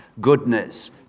goodness